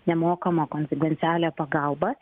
nemokamą konfidencialią pagalbą